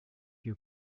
you